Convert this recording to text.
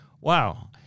wow